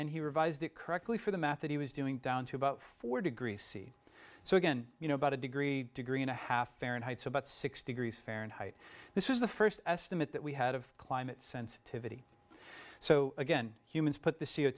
and he revised it correctly for the math that he was doing down to about four degrees c so again you know about a degree degree and a half fahrenheit so about six degrees fahrenheit this was the first estimate that we had of climate sensitivity so again humans put the c